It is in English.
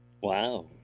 Wow